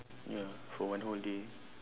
ya for one whole day